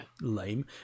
lame